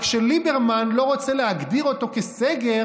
רק שליברמן לא רוצה להגדיר אותו כסגר,